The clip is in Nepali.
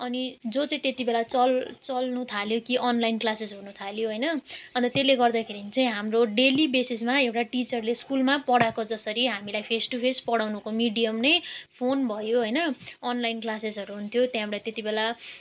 अनि जो चाहिँ त्यति बेला चल् चल्नु थाल्यो कि अनलाइन क्लासेस हुनु थाल्यो होइन अन्त त्यसले गर्दाखेरि चाहिँ हाम्रो डेली बेसिसमा एउटा टिचरले स्कुलमा पढाएको जसरी हामीलाई फेस टु फेस पढाउनुको मिडियम नै फोन भयो होइन अनलाइन क्लासेसहरू हुन्थ्यो त्यहाँबाट त्यति बेला